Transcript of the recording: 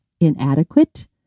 inadequate